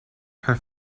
her